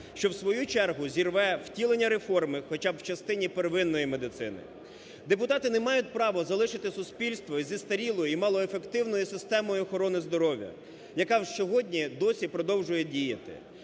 що, в свою чергу, зірве втілення реформи хоча б частині первинної медицини. Депутати не мають право залишити суспільство з застарілою і малоефективною системою охорони здоров'я, яка сьогодні досі продовжує діяти.